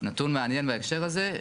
נתון מעניין בהקשר הזה,